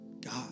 God